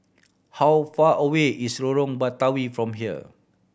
how far away is Lorong Batawi from here